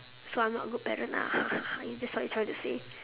so I'm not good parent ah is that what you're trying to say